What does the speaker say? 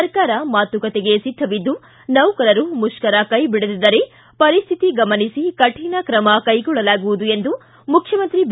ಸರ್ಕಾರ ಮಾತುಕತೆಗೆ ಸಿದ್ಧವಿದ್ದು ನೌಕರರು ಮುಷ್ಕರ ಕೈಬಿಡದಿದ್ದರೆ ಪರಿಸ್ಥಿತಿ ಗಮನಿಸಿ ಕಠಿಣ ಕ್ರಮ ಕೈಗೊಳ್ಳಲಾಗುವುದು ಎಂದು ಮುಖ್ಯಮಂತ್ರಿ ಬಿ